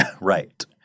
Right